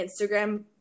Instagram